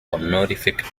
honorific